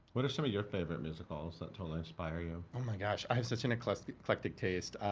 what are some of your favorite musicals that totally inspire you? oh my gosh, i have such an eclectic eclectic taste.